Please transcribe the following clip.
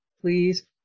please